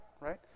right